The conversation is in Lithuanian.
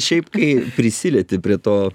šiaip kai prisilieti prie to